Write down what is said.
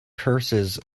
curses